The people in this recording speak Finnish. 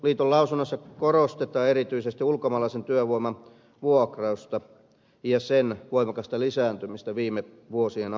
rakennusliiton lausunnossa korostetaan erityisesti ulkomaalaisen työvoiman vuokrausta ja sen voimakasta lisääntymistä viime vuosien aikana